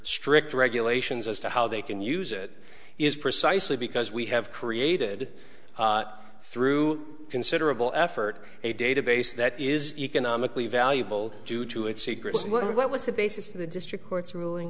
strict regulations as to how they can use it is precisely because we have created through considerable effort a database that is economically valuable due to its secrets and what was the basis of the district court's ruling